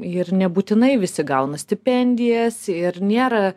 ir nebūtinai visi gauna stipendijas ir nėra